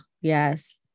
Yes